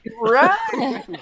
right